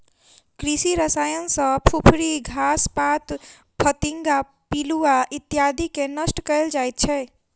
कृषि रसायन सॅ फुफरी, घास पात, फतिंगा, पिलुआ इत्यादिके नष्ट कयल जाइत छै